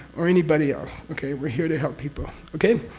or anybody else. okay? we're here to help people. okay?